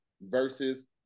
versus